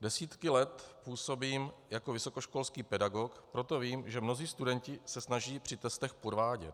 Desítky let působím jako vysokoškolský pedagog, proto vím, že mnozí studenti se snaží při testech podvádět.